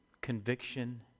conviction